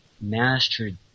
mastered